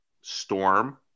Storm